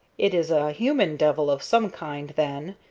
it is a human devil of some kind, then,